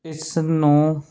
ਇਸ ਨੂੰ